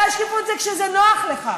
אתה, שקיפות זה כשזה נוח לך.